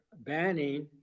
banning